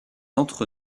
entre